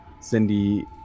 Cindy